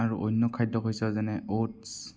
আৰু অন্য খাদ্য শস্য় যেনে অ'টছ